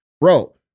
Bro